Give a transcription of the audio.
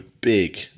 big